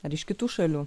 ar iš kitų šalių